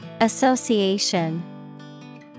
Association